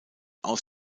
aus